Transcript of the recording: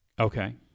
Okay